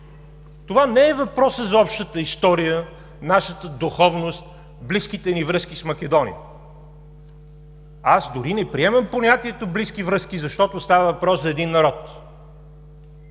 Това не е въпросът за общата история, нашата духовност, близките ни връзки с Македония. Аз дори не приемам понятието „близки връзки“, защото става въпрос за един народ.